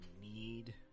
need